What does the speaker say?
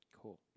Cool